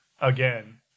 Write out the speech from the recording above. again